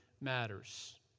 matters